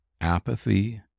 apathy